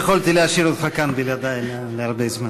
לא יכולתי להשאיר אותך כאן בלעדי להרבה זמן.